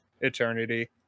eternity